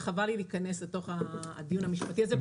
וחבל לי להיכנס לדיון המשפטי הזה.